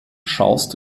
schaust